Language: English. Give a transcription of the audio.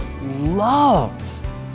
love